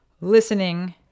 listening